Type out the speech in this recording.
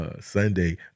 Sunday